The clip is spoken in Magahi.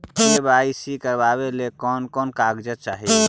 के.वाई.सी करावे ले कोन कोन कागजात चाही?